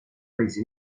prese